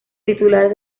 titular